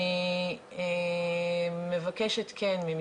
האם המען הוא נכון?